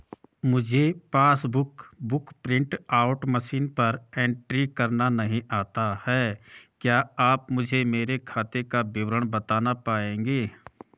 मुझे passbook book print out machine पर एंट्री करना नहीं आता है क्या आप मुझे मेरे खाते का विवरण बताना पाएंगे?